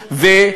שלהם.